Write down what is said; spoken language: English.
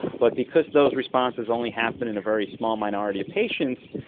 but because those responses only happen in a very small minority of patients,